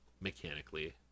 mechanically